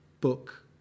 book